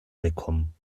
bekommen